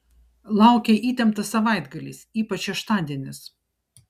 laukia įtemptas savaitgalis ypač šeštadienis